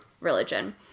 religion